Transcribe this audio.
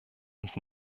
und